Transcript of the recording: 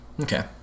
okay